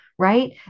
right